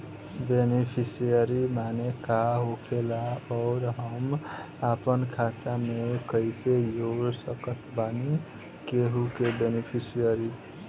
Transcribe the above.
Beneficiary माने का होखेला और हम आपन खाता मे कैसे जोड़ सकत बानी केहु के बेनीफिसियरी?